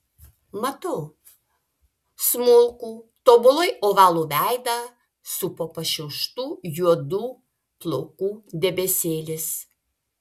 matau smulkų tobulai ovalų veidą supo pašiauštų juodų plaukų debesėlis